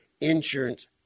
insurance